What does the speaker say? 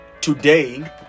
today